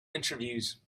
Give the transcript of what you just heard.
interviews